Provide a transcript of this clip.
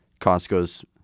Costco's